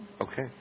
Okay